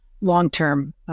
long-term